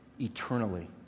eternally